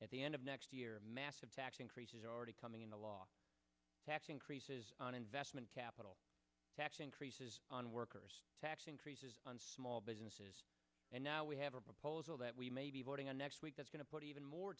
at the end of next year massive tax increases already coming into law tax increases on investment capital tax increases on workers tax increases on small businesses and now we have a proposal that we may be voting on next week that's going to put even more